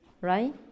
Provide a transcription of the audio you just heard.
Right